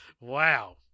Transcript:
wow